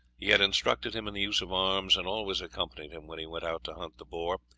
he had instructed him in the use of arms, and always accompanied him when he went out to hunt the boar,